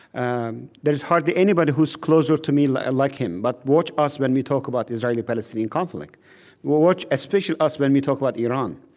um there is hardly anybody who is closer to me like like him, but watch us when we talk about israeli-palestinian conflict. or watch, especially, us when we talk about iran.